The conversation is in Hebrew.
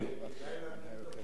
כדאי להקדים את הבחירות.